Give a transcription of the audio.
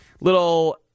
little